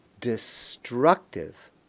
destructive